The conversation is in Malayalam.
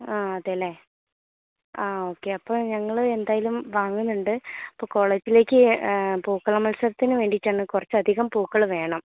ആ അതെയല്ലേ ആ ഓക്കെ അപ്പോൾ ഞങ്ങൾ എന്തായാലും വാങ്ങുന്നുണ്ട് അപ്പോൾ കോളേജിലേക്ക് പൂക്കളമത്സരത്തിന് വേണ്ടിയിട്ടാണ് കുറച്ചധികം പൂക്കൾ വേണം